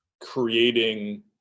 creating